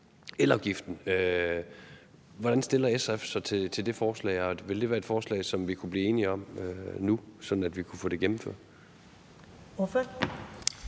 Hvordan stiller SF sig til det forslag, og vil det være et forslag, som vi kan blive enige om nu, sådan at vi kunne få det gennemført?